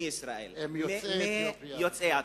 הם יוצאי אתיופיה,